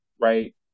right